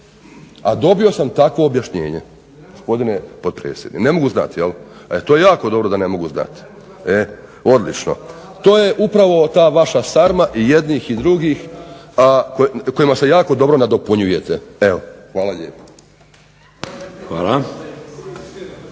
a dobio sam takvo objašnjenje, gospodine potpredsjedniče. … /Upadica se ne razumije./… Ne mogu znati jel, to je jako dobro da ne mogu znat. Odlično. To je upravo ta vaša sarma i jednih i drugih, a kojima se jako dobro nadopunjujete. Hvala lijepo.